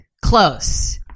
Close